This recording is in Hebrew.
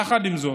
יחד עם זאת,